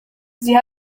sie